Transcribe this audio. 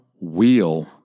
wheel